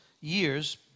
years